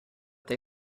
they